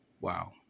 Wow